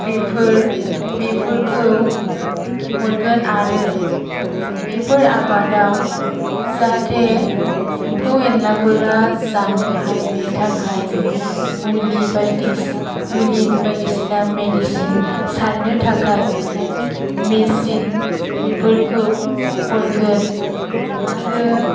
बेफोर बेफोरखौ हरगोन आरो बेफोर आबादाव जाहाथे एम्फौ एनलाफोरा जानो हायैनि थाखाय मुलि बायदि मुलि बायदिसिना मेडिसिन सारनो थाखाय मेसिन बेफोरखौ हरगोन आरो